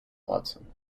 watson